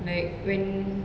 like when